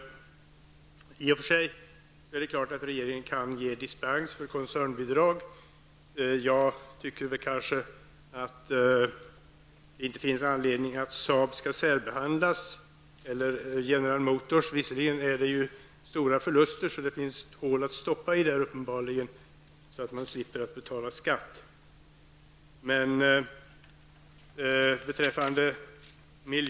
I och för sig är det klart att regeringen kan ge dispens för koncernbidrag. Min uppfattning är att det inte finns anledning att Saab, eller General Motors, skall särbehandlas. Visserligen rör det sig om stora förluster, så det finns ju hål att stoppa pengarna i så att man kan slippa betala skatt.